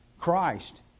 Christ